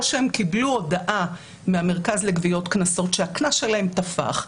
או שהם קיבלו הודעה מהמרכז לגביית קנסות שהקנס שלהם טפח.